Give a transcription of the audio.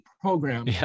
program